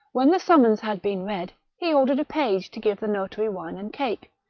when the sum mons had been read, he ordered a page to give the notary wine and cake,